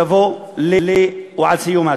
תבוא על סיומה.